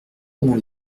pendant